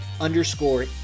underscore